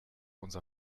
unser